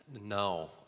No